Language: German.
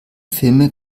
filme